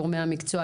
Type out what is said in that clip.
גורמי המקצוע,